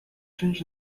change